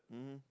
mmhmm